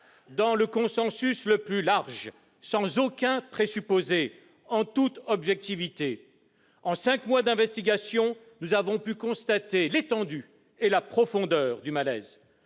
dans le consensus le plus large, sans aucun présupposé, en toute objectivité. En cinq mois d'investigations, nous avons pu constater l'étendue et la profondeur du malaise.